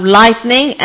lightning